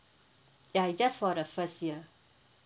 ya it just for the first year